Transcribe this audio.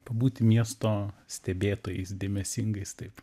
pabūti miesto stebėtojais dėmesingais taip